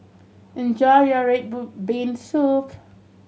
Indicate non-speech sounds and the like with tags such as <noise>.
enjoy your red <unintelligible> bean soup